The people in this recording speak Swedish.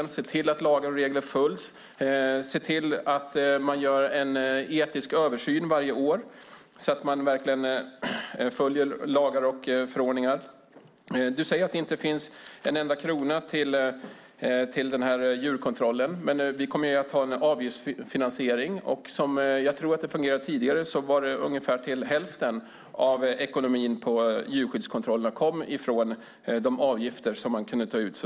En ombudsman ser till att lagar och regler följs och att man gör en etisk översyn varje år. Du säger att det inte finns en enda krona till djurkontrollen. Vi kommer att ha en avgiftsfinansiering. Som det fungerade tidigare kom ungefär hälften av pengarna till djurskyddskontrollen från de avgifter som man tog ut.